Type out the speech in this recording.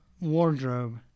wardrobe